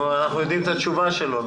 אנחנו יודעים את התשובה שלו.